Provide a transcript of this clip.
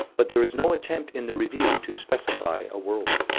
but there is no attempt in the review to specify a whirlwind.